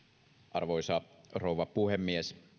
arvoisa rouva puhemies